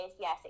Yes